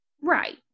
right